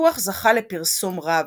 הוויכוח זכה לפרסום רב.